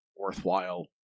worthwhile